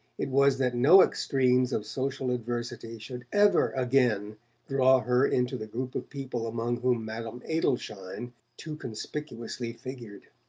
it was that no extremes of social adversity should ever again draw her into the group of people among whom madame adelschein too conspicuously figured.